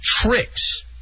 tricks